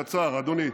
קצר, אדוני.